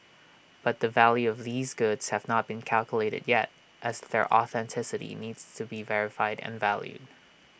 but the value of these goods have not been calculated yet as their authenticity need to be verified and valued